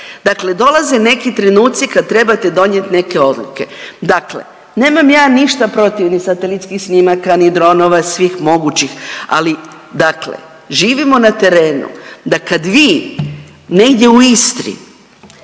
Dakle, dolaze neki trenuci kad trebate donijeti neke odluke. Dakle, nemam ja ništa protiv ni satelitskih snimaka, ni dronova svih mogućih, ali dakle živimo na terenu da kad vi negdje u Istri